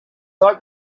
like